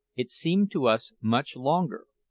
it seemed to us much longer.